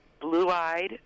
blue-eyed